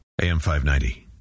AM590